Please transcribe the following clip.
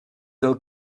del